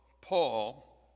Paul